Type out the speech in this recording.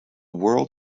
world